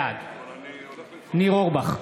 בעד ניר אורבך,